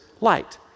light